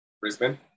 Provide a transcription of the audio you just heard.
Brisbane